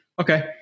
Okay